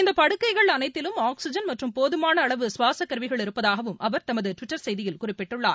இந்த படுக்கைகள் அனைத்திலும் ஆக்ஸிஜன் மற்றும் போதமான அளவு சுவாசக் கருவிகள் இருப்பதாகவும் அவர் தமது டுவிட்டர் செய்தியில் குறிப்பிட்டுள்ளார்